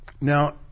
Now